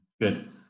Good